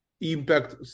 impact